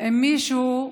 עם מישהו,